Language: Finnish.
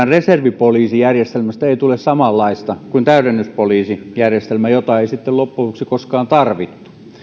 reservipoliisijärjestelmästä ei tule samanlaista kuin täydennyspoliisijärjestelmä jota ei sitten loppujen lopuksi koskaan tarvittu